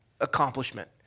accomplishment